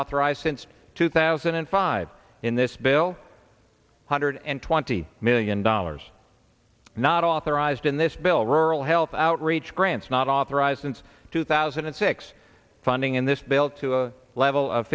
authorized since two thousand and five in this bill hundred and twenty million dollars not authorized in this bill rural health outreach grants not authorized since two thousand and six funding in this bill to a level of